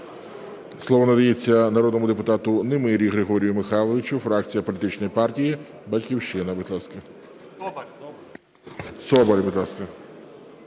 Слово надається народному депутату Немирі Григорію Михайлович, фракція політичної партії "Батьківщина".